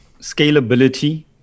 scalability